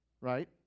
right